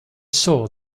saw